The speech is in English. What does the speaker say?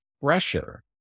pressure